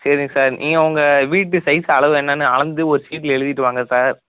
சரிங்க சார் நீங்கள் உங்கள் வீட்டு சைஸ்ஸு அளவு என்னென்னு அளந்து ஒரு சீட்டில் எழுதிகிட்டு வாங்க சார்